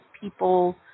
people